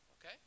okay